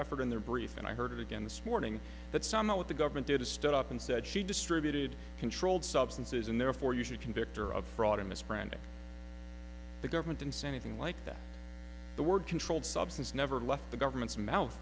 effort in their brief and i heard it again this morning that some of what the government did a stood up and said she distributed controlled substances and therefore you should convict her of fraud in this brand of the government incentive thing like that the word controlled substance never left the government's mouth